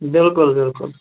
بِلکُل بِلکُل